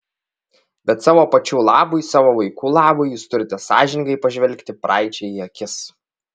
bet savo pačių labui savo vaikų labui jūs turite sąžiningai pažvelgti praeičiai į akis